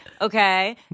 okay